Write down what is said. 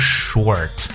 short